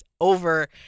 over